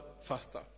faster